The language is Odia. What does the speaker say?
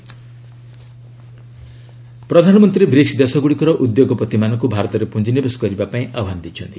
ପିଏମ୍ ବ୍ରିକ୍ସ ପ୍ରଧାନମନ୍ତ୍ରୀ ବ୍ରିକ୍ସ ଦେଶଗୁଡ଼ିକର ଉଦ୍ୟୋଗପତିମାନଙ୍କୁ ଭାରତରେ ପୁଞ୍ଜି ନିବେଶ କରିବା ପାଇଁ ଆହ୍ପାନ ଦେଇଛନ୍ତି